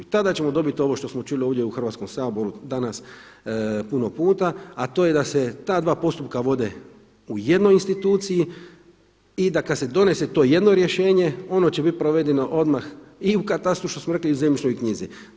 Tada ćemo dobiti ovo što smo čuli ovdje u Hrvatskom saboru danas puno puta, a to je da se ta dva postupka vode u jednoj instituciji i kad se donese to jedno rješenje, ono će biti provedeno odmah i u katastru što smo rekli, i u zemljišnoj knjizi.